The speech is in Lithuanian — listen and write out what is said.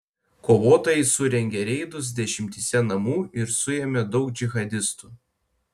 kovotojai surengė reidus dešimtyse namų ir suėmė daug džihadistų